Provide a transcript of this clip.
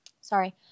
Sorry